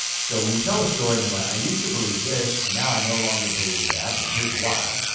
so when you tell a story in your life, i used to believe this and now i no longer believe that and here's why.